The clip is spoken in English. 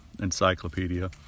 encyclopedia